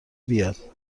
بیاد